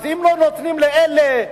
אם לא נותנים לאלה,